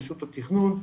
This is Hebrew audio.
רשות התכנון,